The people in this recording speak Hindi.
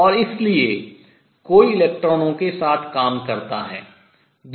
और इसलिए कोई इलेक्ट्रॉनों के साथ काम करता है